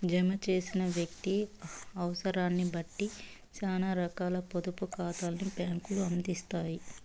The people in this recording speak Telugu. జమ చేసిన వ్యక్తి అవుసరాన్నిబట్టి సేనా రకాల పొదుపు కాతాల్ని బ్యాంకులు అందిత్తాయి